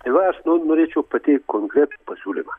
tai va aš nu norėčiau pateikt konkretų pasiūlymą